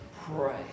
pray